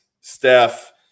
Steph